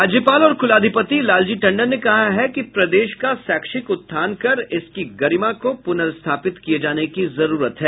राज्यपाल और कुलाधिपति लालजी टंडन ने कहा है कि प्रदेश का शैक्षिक उत्थान कर इसकी गरिमा को पुनर्स्थापित किये जाने की जरूरत है